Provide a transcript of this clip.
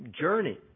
journey